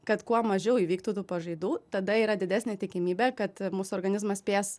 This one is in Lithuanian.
kad kuo mažiau įvyktų tų pažaidų tada yra didesnė tikimybė kad mūsų organizmas spės